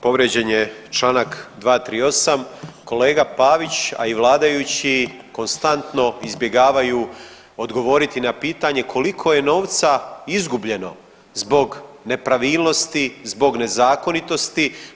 Povrijeđen je čl. 238., kolega Pavić, a i vladajući konstantno izbjegavaju odgovoriti na pitanje koliko je novca izgubljeno zbog nepravilnosti, zbog nezakonitosti.